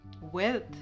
wealth